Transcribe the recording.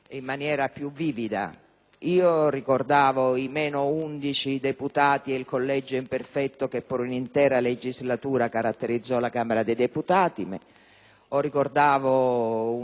Io ricordavo i meno 11 deputati e il collegio imperfetto che per un'intera legislatura caratterizzò la Camera dei deputati o ricordavo una